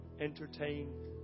entertain